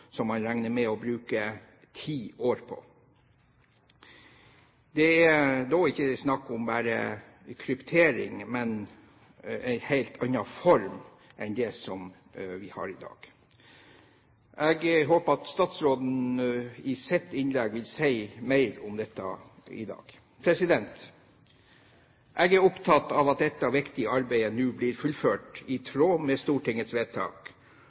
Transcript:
som man regner med å bruke ti år på. Det er da ikke snakk om bare kryptering, men en helt annen form enn det vi har i dag. Jeg håper at statsråden i sitt innlegg i dag vil si mer om dette. Jeg er opptatt av at dette viktige arbeidet nå blir fullført i tråd med Stortingets vedtak,